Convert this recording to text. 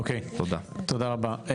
אוקי, תודה רבה.